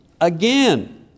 Again